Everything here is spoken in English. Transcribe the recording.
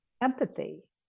empathy